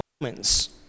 moments